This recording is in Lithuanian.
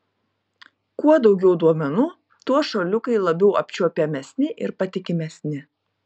kuo daugiau duomenų tuo šuoliukai labiau apčiuopiamesni ir patikimesni